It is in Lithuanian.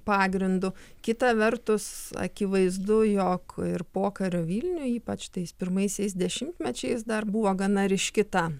pagrindu kita vertus akivaizdu jog pokario vilniuj ypač tais pirmaisiais dešimtmečiais dar buvo gana ryški ta